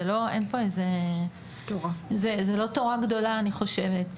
זה לא תורה גדולה, אני חושבת.